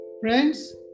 Friends